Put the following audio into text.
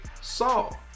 Saul